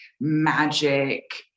magic